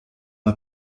n’a